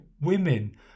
women